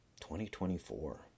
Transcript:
2024